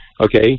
okay